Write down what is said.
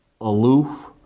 aloof